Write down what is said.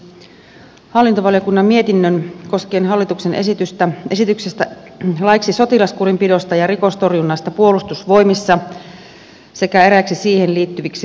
esittelen tässä siis hallintovaliokunnan mietinnön koskien hallituksen esitystä laiksi sotilaskurinpidosta ja rikostorjunnasta puolustusvoimissa sekä eräiksi siihen liittyviksi laeiksi